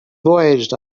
voyaged